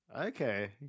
okay